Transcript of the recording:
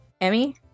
Emmy